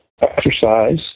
exercise